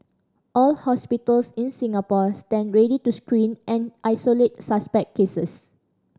all hospitals in Singapore stand ready to screen and isolate suspect cases